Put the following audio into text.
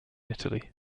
italy